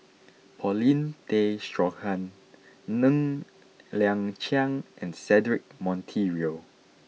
Paulin Tay Straughan Ng Liang Chiang and Cedric Monteiro